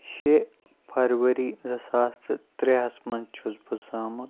شےٚ فرؤری زٕ ساس تہٕ ترٛےٚ ہَس منٛز چھُس بہٕ زامُت